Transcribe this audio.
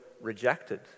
rejected